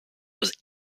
was